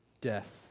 Death